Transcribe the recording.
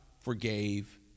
forgave